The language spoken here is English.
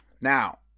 Now